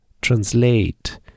translate